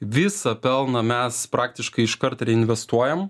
visą pelną mes praktiškai iškart reinvestuojam